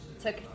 took